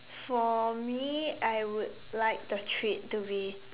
for me I would like the treat to be